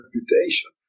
reputation